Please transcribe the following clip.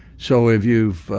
so if you've